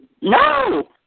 No